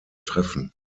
treffen